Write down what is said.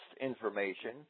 information